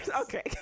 okay